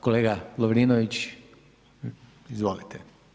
Kolega Lovrinović, izvolite.